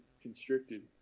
constricted